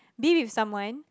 be with someone